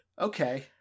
okay